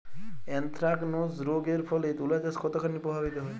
Anthracnose রোগ এর ফলে তুলাচাষ কতখানি প্রভাবিত হয়?